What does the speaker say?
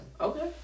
Okay